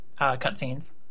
cutscenes